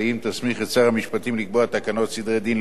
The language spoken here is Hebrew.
שר המשפטים לקבוע תקנות סדרי-דין לבתי-הדין,